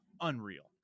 unreal